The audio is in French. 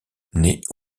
naît